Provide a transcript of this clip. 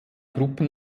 gruppen